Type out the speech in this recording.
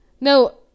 No